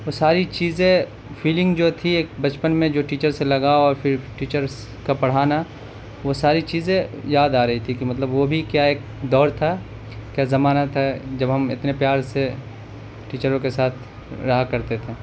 وہ ساری چیزیں فیلنگ جو تھی ایک بچپن میں جو ٹیچر سے لگاؤ اور پھر ٹیچرس کا پڑھانا وہ ساری چیزیں یاد آرہی تھی کہ مطلب وہ بھی کیا ایک دور تھا کیا زمانہ تھا جب ہم اتنے پیار سے ٹیچروں کے ساتھ رہا کرتے تھے